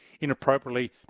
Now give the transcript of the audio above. inappropriately